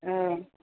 औ